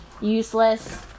useless